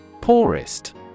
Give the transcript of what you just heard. Poorest